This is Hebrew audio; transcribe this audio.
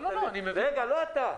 לא, לא -- לא אתה.